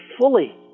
fully